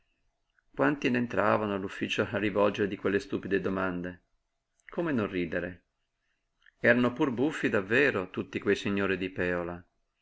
quanti ne entravano all'ufficio a rivolgerle di quelle stupide domande come non ridere eran pur buffi davvero tutti quei signori di pèola